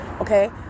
Okay